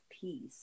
peace